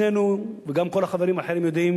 שנינו, וגם כל החברים האחרים, יודעים